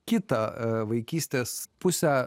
kitą vaikystės pusę